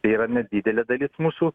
tai yra nedidelė dalis mūsų